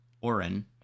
Oren